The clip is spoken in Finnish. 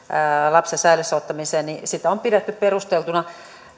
lapsen säilöön ottamiseen on pidetty perusteltuna